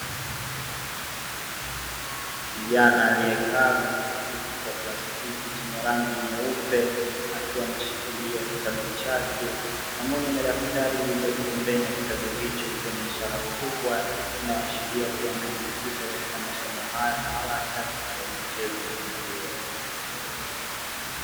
Kijana aliyekaa katika kiti cha plastiki chenye rangi nyeupe, akiwa ameshikilia kitabu chake pamoja na daftari lililopo pembeni ya kitabu hicho, ikiwa ni ishara kubwa inayaoashiria kuwa amejikita katika masomo hayo na wala hataki kufanya mchezo katika hilo.